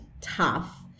tough